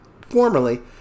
formerly